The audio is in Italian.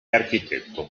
architetto